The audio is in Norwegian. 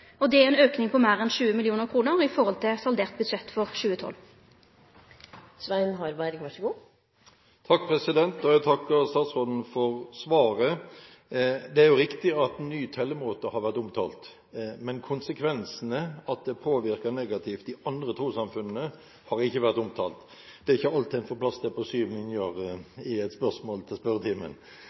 Det er ein auke på meir enn 20 mill. kr i forhold til saldert budsjett for 2012. Jeg takker statsråden for svaret. Det er riktig at ny tellemåte har vært omtalt, men konsekvensene, at det påvirker negativt de andre trossamfunnene, har ikke vært omtalt – det er ikke alt en får plass til på syv linjer i et spørsmål i spørretimen